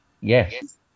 Yes